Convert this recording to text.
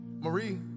Marie